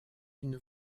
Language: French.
une